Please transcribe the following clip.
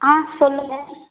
ஆ சொல்லுங்க